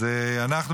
אז אנחנו,